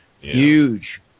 huge